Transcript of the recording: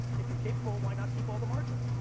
if you're capable why not keep all the margin?